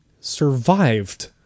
survived